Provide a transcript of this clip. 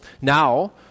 now